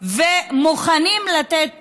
ומוכנים לתת